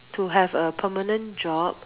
to have a permanent job